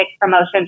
promotions